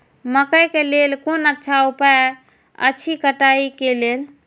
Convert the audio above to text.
मकैय के लेल कोन अच्छा उपाय अछि कटाई के लेल?